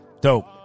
Dope